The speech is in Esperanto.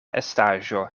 estaĵo